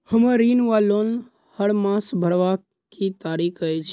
हम्मर ऋण वा लोन हरमास भरवाक की तारीख अछि?